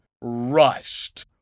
rushed